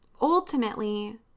Ultimately